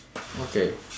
okay